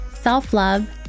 self-love